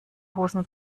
hosen